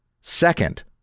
Second